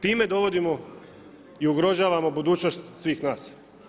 Time dovodimo i ugrožavamo budućnost svih nas.